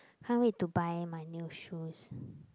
can't wait to buy my new shoes